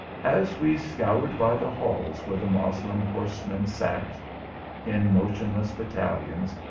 as we scoured by the halls where the moslem horsemen sat in motionless battalions,